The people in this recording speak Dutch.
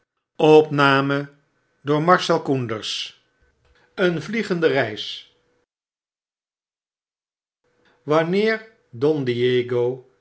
een vliegende keis wanneer don